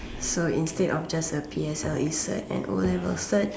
so instead of just a P_S_L_E cert and o level cert